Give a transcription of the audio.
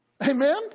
Amen